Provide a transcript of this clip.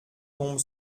tombe